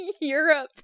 Europe